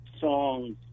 songs